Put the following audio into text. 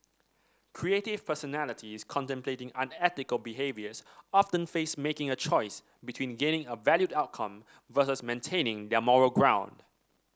creative personalities contemplating unethical behaviours often face making a choice between gaining a valued outcome versus maintaining their moral ground